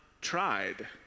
tried